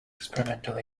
experimental